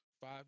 five